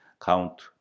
Count